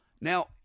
Now